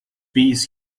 bees